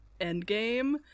Endgame